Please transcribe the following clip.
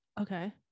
okay